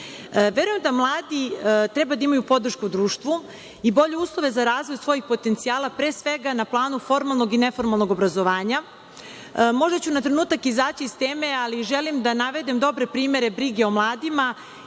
Verujem da mladi treba da imaju podršku u društvu i bolje uslove za razvoj svojih potencijala, pre svega na planu formalnog i neformalnog obrazovanja. Možda ću na trenutak izaći iz teme, ali želim da navedem dobre primere brige o mladima